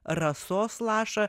rasos lašą